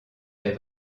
des